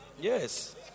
Yes